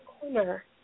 corner